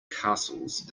castles